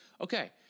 Okay